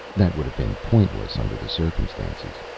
that would have been pointless under the circumstances.